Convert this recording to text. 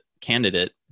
candidate